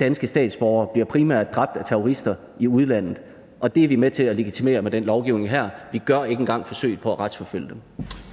Danske statsborgere bliver primært dræbt af terrorister i udlandet, og det er vi med til at legitimere med den lovgivning her. Vi gør ikke engang forsøget på at retsforfølge dem.